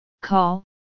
call